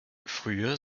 früher